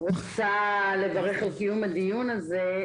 על קיום הדיון הזה.